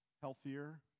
healthier